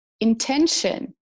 intention